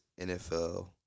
NFL